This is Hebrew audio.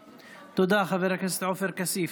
תודה, חבר הכנסת עופר כסיף.